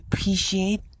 appreciate